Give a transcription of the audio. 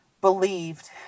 believed